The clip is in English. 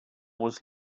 was